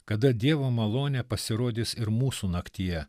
kada dievo malonė pasirodys ir mūsų naktyje